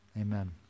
amen